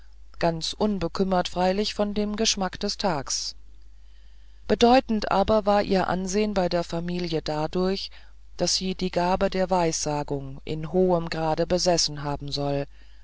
ganz unbekümmert freilich um den geschmack des tags bedeutend aber war ihr ansehn bei der familie dadurch daß sie die gabe der weissagung in hohem grade besessen haben soll